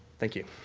thank you.